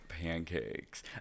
pancakes